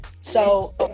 So-